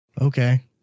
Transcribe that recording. okay